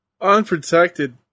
Unprotected